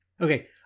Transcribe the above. Okay